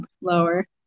lower